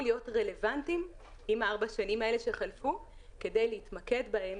להיות רלוונטיים בארבע השנים האלה שחלפו כדי להתמקד בהם